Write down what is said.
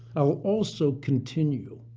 i will also continue